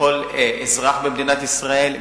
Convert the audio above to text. לכל אזרח במדינת ישראל,